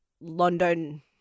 London